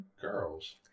girls